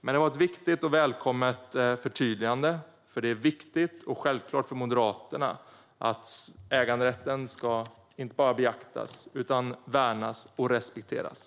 Men det var ett viktigt och välkommet förtydligande, för det är viktigt och självklart för Moderaterna att äganderätten inte bara ska beaktas utan också värnas och respekteras.